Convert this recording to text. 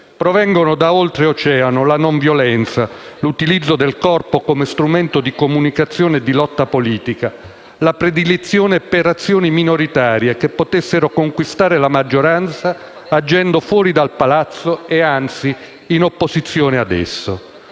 Provengono da Oltreoceano la non violenza, l'utilizzo del corpo come strumento di comunicazione e di lotta politica, la predilezione per azioni minoritarie che potessero conquistare la maggioranza agendo fuori dal palazzo e, anzi, in opposizione ad esso.